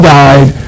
died